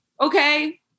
okay